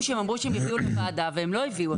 אמרו שהם יביאו לוועדה, והם לא הביאו אותו.